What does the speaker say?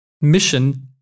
mission